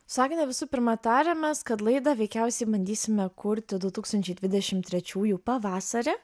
su agne visų pirma tarėmės kad laidą veikiausiai bandysime kurti du tūkstančiai dvidešimt trečiųjų pavasarį